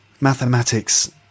mathematics